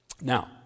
now